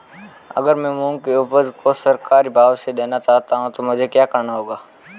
अगर मैं मूंग की उपज को सरकारी भाव से देना चाहूँ तो मुझे क्या करना होगा?